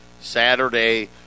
Saturday